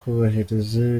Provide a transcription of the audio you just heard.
kubahiriza